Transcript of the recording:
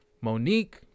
Monique